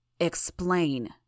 Explain